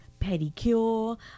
pedicure